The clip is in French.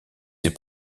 ses